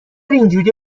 اینجوری